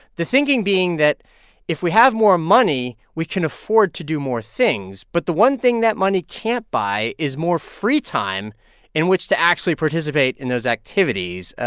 the thinking being that if we have more money, we can afford to do more things. but the one thing that money can't buy is more free time in which to actually participate in those activities.